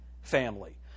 family